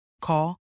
Call